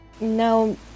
No